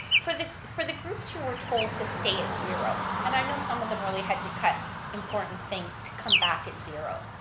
for the for the groups who are told to stay at zero, and i know some of them really had to cut important things to come back at zero,